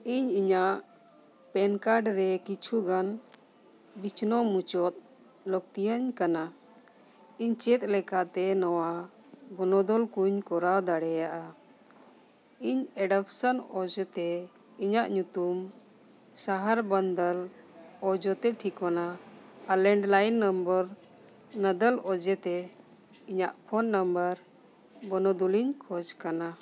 ᱤᱧ ᱤᱧᱟᱹᱜ PAN card ᱨᱮ ᱠᱤᱪᱷᱩᱜᱟᱱ ᱵᱤᱪᱷᱱᱟᱹᱣ ᱢᱩᱪᱟᱹᱫ ᱞᱟᱹᱠᱛᱤᱭᱟᱹᱧ ᱠᱟᱱᱟ ᱤᱧ ᱪᱮᱫ ᱞᱮᱠᱟᱛᱮ ᱱᱚᱣᱟ ᱵᱚᱱᱚᱫᱚᱞ ᱠᱚᱧ ᱠᱚᱨᱟᱣ ᱫᱟᱲᱮᱭᱟᱜᱼᱟ ᱤᱧ ᱮᱰᱳᱯᱥᱮᱱ ᱚᱡᱮ ᱛᱮ ᱤᱧᱟᱹᱜ ᱧᱩᱛᱩᱢ ᱥᱟᱦᱟᱨ ᱵᱚᱱᱫᱚᱞ ᱚᱡᱚᱛᱮ ᱴᱷᱤᱠᱟᱹᱱᱟ ᱟᱨ ᱞᱮᱱᱰ ᱞᱟᱭᱤᱱ ᱱᱚᱢᱵᱚᱨ ᱱᱚᱫᱚᱞ ᱚᱡᱮ ᱛᱮ ᱤᱧᱟᱹᱜ ᱯᱷᱳᱱ ᱱᱟᱢᱵᱟᱨ ᱵᱚᱱᱫᱚᱞ ᱤᱧ ᱠᱷᱚᱡᱽ ᱠᱟᱱᱟ